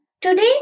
Today